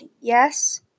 Yes